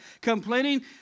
complaining